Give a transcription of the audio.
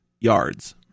yards